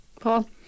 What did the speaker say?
Paul